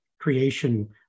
creation